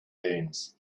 learns